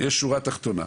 שלח לי אתמול הצעה,